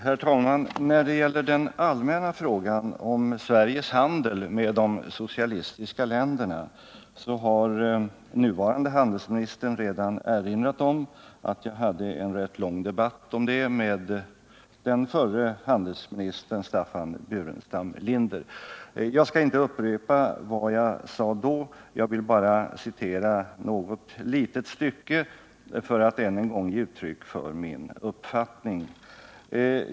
Herr talman! När det gäller den allmänna frågan om Sveriges handel med de socialistiska länderna har den nuvarande handelsministern redan erinrat om att jag hade en rätt lång debatt om den med den förre handelsministern, Staffan Burenstam Linder. Jag skall inte upprepa vad jag sade då utan bara citera något litet stycke ur den debatten för att än en gång ge uttryck för min uppfattning.